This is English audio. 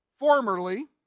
Formerly